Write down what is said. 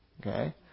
okay